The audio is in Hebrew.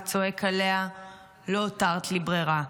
וצועק עליה "לא הותרת לי ברירה",